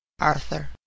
Arthur